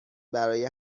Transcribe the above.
برای